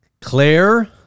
Claire